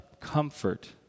comfort